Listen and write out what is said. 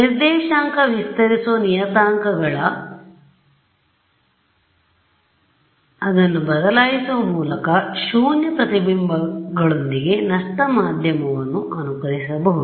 ನಿರ್ದೇಶಾಂಕ ವಿಸ್ತರಿಸುವ ನಿಯತಾಂಕಗಳನ್ನು ಬದಲಾಯಿಸುವ ಮೂಲಕ ಶೂನ್ಯ ಪ್ರತಿಬಿಂಬಗಳೊಂದಿಗೆ ನಷ್ಟ ಮಾಧ್ಯಮವನ್ನು ಅನುಕರಿಸಬಹುದು